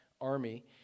army